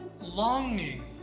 longing